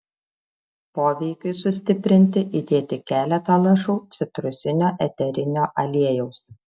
poveikiui sustiprinti įdėti keletą lašų citrusinio eterinio aliejaus